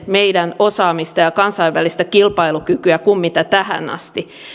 meidän osaamista ja kansainvälistä kilpailukykyä kuin tähän asti